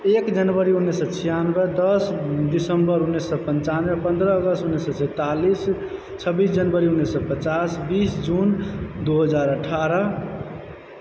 एक जनवरी उन्नीस सए छियानबे दस दिसम्बर उन्नीस सए पंचानबे पंद्रह अगस्त उन्नीस सए सैंतालिस छब्बीस जनवरी उन्नीस सए पचास बीस जून दू हजार अठारह